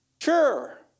sure